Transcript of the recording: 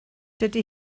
dydy